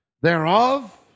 thereof